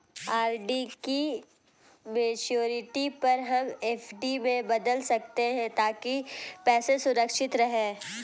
RD की maturity पर हम एफ.डी में बदल सकते है ताकि पैसे सुरक्षित रहें